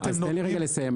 אתם נותנים --- תן לי לסיים.